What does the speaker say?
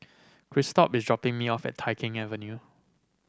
Christop is dropping me off at Tai Keng Avenue